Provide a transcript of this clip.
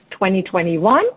2021